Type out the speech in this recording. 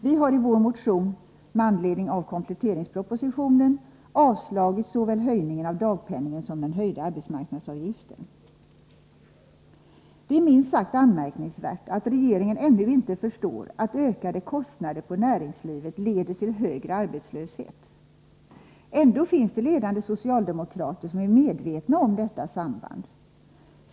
Vi har i vår motion med anledning av kompletteringspropositionen avstyrkt såväl höjningen av dagpenningen som höjningen av arbetsmarknadsavgiften. Det är minst sagt anmärkningsvärt att regeringen ännu inte förstår att ökade kostnader för näringslivet leder till högre arbetslöshet. Ändå finns det ledande socialdemokrater som är medvetna om detta samband.